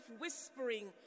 whispering